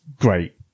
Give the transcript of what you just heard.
great